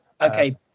Okay